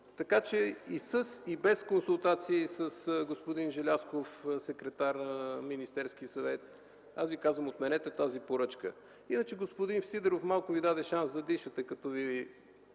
Така че и със, и без консултации с господин Желязков – секретарят на Министерския съвет, аз Ви казвам: отменете тази поръчка. Иначе господин Сидеров малко Ви даде шанс да дишате, като Ви